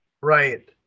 Right